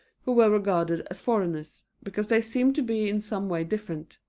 who were regarded as foreigners, because they seemed to be in some way different.